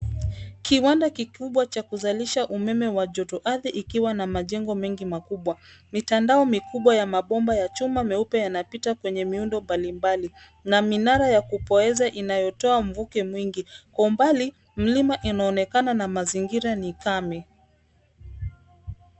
Kiwanda kikubwa cha kuzalisha umeme wa joto ardhi ikiwa na majengo mengi makubwa. Mitandao mikubwa ya mabomba ya chuma meupe yanapita kwenye miundo mbalimbali, na minara ya kupoeza inayotoa mvuke mwingi. Kwa umbali, mlima inaonekana na mazingira ni kame.